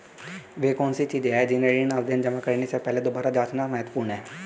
वे कौन सी चीजें हैं जिन्हें ऋण आवेदन जमा करने से पहले दोबारा जांचना महत्वपूर्ण है?